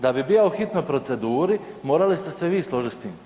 Da bi bio u hitnoj proceduri, morali ste se vi složiti s tim.